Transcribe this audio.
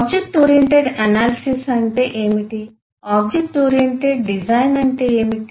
object oriented analysis అంటే ఏమిటి object oriented design అంటే ఏమిటి